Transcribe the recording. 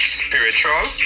spiritual